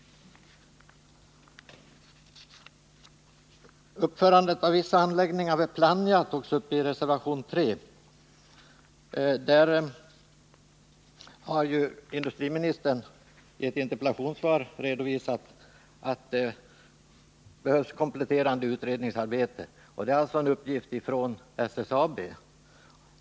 Uppförandet av vissa anläggningar vid Plannja tas upp i reservation 3. Industriministern har i ett interpellationssvar redovisat att det behövs ett kompletterande utredningsarbete. Det är alltså en uppgift från SSAB.